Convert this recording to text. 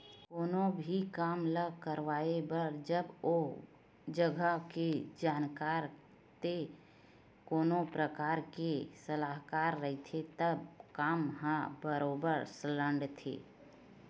कोनो भी काम ल करवाए बर जब ओ जघा के जानकार ते कोनो परकार के सलाहकार रहिथे तब काम ह बरोबर सलटथे